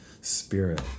Spirit